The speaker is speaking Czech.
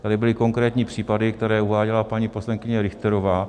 Tady byly konkrétní případy, které uváděla paní poslankyně Richterová.